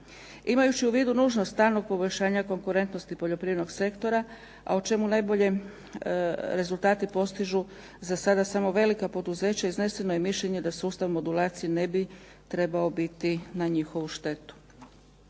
Imajući u vidu nužno stalno poboljšanja konkurentnosti poljoprivrednog sektora a o čemu najbolje rezultate postižu za sada samo velika poduzeća izneseno je mišljenje da sustav modulacije ne bi trebao biti na njihovu štetu.